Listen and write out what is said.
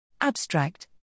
Abstract